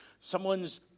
someone's